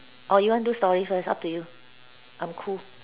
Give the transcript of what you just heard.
or you want do story first up to you I'm cool